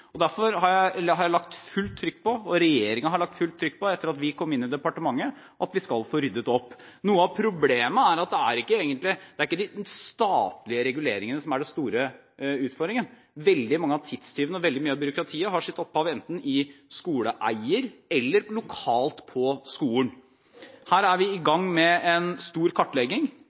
Derfor har jeg lagt fullt trykk på – og denne regjeringen har lagt fullt trykk på det etter at vi kom inn i departementet – at vi skal få ryddet opp. Noe av problemet er at det ikke egentlig er de statlige reguleringene som er den store utfordringen. Veldig mange av tidstyvene og veldig mye av byråkratiet har sitt opphav enten i skoleeier eller lokalt på skolen. Her er vi i gang med en stor kartlegging,